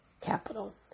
capital